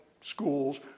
schools